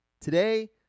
Today